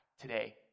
today